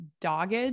dogged